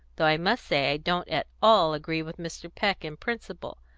though i must say i don't at all agree with mr. peck in principle.